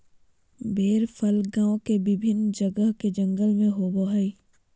बेर फल गांव के विभिन्न जगह के जंगल में होबो हइ